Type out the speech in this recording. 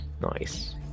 Nice